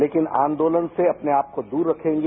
लेकिन आंदोलन से अपने आप को दूर रखेंगे